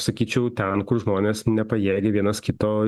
sakyčiau ten kur žmonės nepajėgia vienas kito